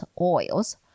oils